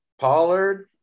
pollard